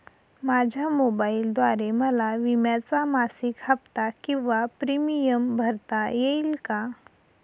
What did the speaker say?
माझ्या मोबाईलद्वारे मला विम्याचा मासिक हफ्ता किंवा प्रीमियम भरता येईल का?